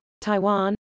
Taiwan